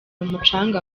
umucanga